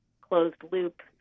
closed-loop